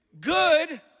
Good